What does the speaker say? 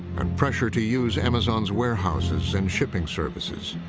and pressure to use amazon's warehouses and shipping services.